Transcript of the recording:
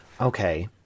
okay